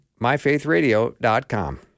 myfaithradio.com